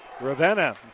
Ravenna